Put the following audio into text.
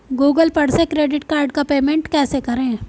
Google पर से credit card का पेमेंट कैसे करें?